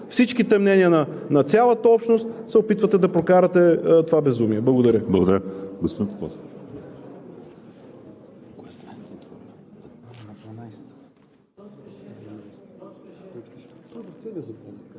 всичките мнения на цялата общност се опитвате да прокарате това безумие. Благодаря.